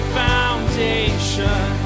foundation